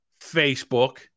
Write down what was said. Facebook